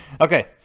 Okay